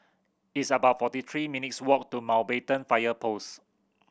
it's about forty three minutes' walk to Mountbatten Fire Post